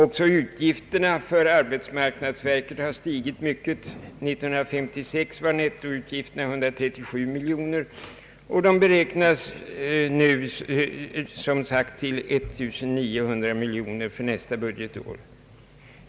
Också utgifterna för arbetsmarknads verket har stigit mycket. 1956 var nettoutgifterna 137 miljoner kronor, och de beräknas nu, som sagt, till 1900 miljoner kronor för nästa budgetår.